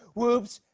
whoops.